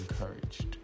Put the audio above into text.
encouraged